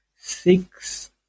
six